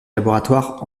laboratoires